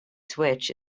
switch